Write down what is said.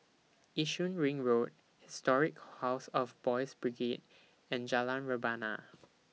Yishun Ring Road Historic House of Boys' Brigade and Jalan Rebana